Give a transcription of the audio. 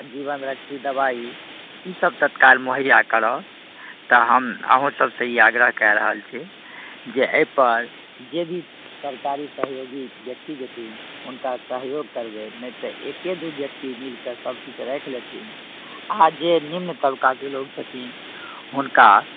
आ जीवन रक्षी दबाइ ई सभ तत्काल मुहैआ कराउ तऽ हम अहु सभसँ ई आग्रह कै रहल छी जे एहि पर जे भी सरकारी सहयोगी व्यक्ति जयथिन हुनका सहयोग करबनि नहि तऽ एके दू व्यक्ति मिलकऽ सभकिछु राखि लेथिन आ जे निम्न तबकाके लोग छथिन हुनका